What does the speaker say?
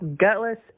Gutless